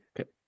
okay